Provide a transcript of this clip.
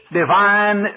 divine